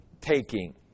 taking